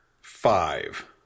five